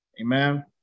Amen